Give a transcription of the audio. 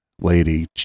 lady